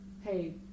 hey